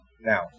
Now